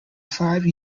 five